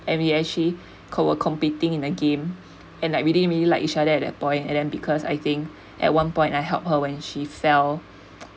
and we actually co~ were competing in the game and like really really like each other at that point and then because I think at one point I help her when she fell